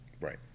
Right